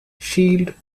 shield